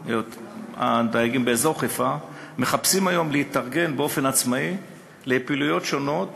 הדייגים באזור חיפה מחפשים היום להתארגן באופן עצמאי לפעילויות שונות